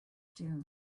dunes